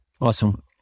Awesome